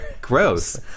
Gross